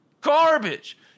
Garbage